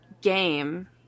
game